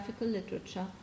literature